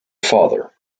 father